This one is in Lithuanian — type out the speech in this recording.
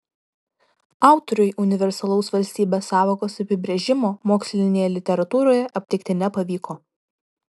autoriui universalaus valstybės sąvokos apibrėžimo mokslinėje literatūroje aptikti nepavyko